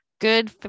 good